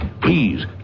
Please